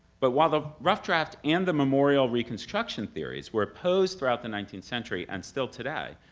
but while the rough draft and the memorial reconstruction theories were opposed throughout the nineteenth century, and still today,